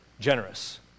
generous